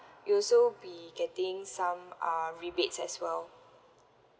you'll also be getting some uh rebates as well